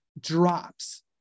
drops